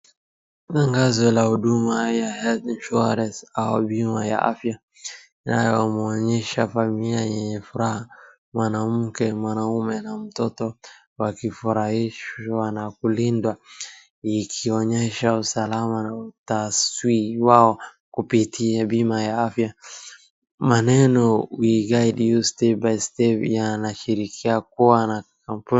Tangazo la huduma ya health insurance au bima ya afya, linaonyesha familia yenye furaha, mwanamke, mwanamume na mtoto wakifurahishwa na kulindwa, ikionyesha usalama na ustawi wao kupitia bima ya afya. Maneno we guide you step by step yanashirikia kuwa wanakampuni.